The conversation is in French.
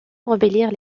embellir